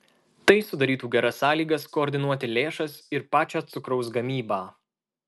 tai sudarytų geras sąlygas koordinuoti lėšas ir pačią cukraus gamybą